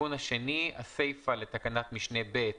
התיקון השני: הסיפה לתקנת משנה (ב):